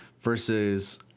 versus